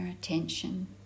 attention